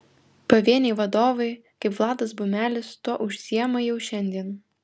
pavieniai vadovai kaip vladas bumelis tuo užsiima jau šiandien